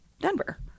Denver